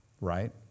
Right